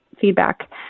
feedback